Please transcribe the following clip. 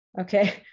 okay